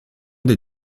des